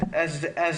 לאה,